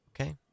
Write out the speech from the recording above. Okay